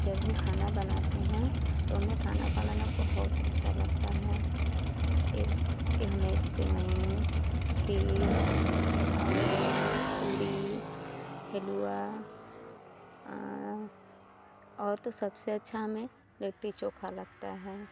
जब हम खाना बनाते हैं तो हमें खाना बनाना बहुत अच्छा लगता है एक हमें सेवई खीर और पूड़ी हलुआ और तो सबसे अच्छा हमें लिट्टी चोखा लगता है